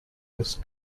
his